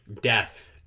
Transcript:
death